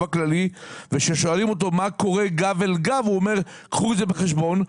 הכללי וכששואלים אותו מה קורה גב אל גב הוא אומר קחו את זה בחשבון.